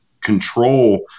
control